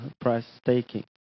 price-taking